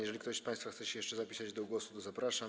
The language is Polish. Jeżeli ktoś z państwa chce się jeszcze zapisać do głosu, to zapraszam.